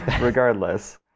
regardless